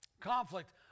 conflict